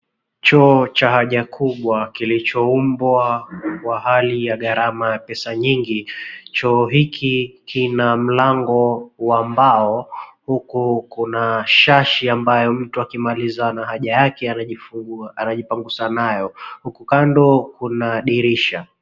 Choo cha haja kubwa kilichoundwa kwa garama ya pesa nyingi, choo hiki kina mlango wa mbao huku kuna shashi ambayo mtu akimaliza na haja yake anaipangusa nayo. Huku kando kuna dirisha.